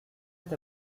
est